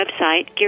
website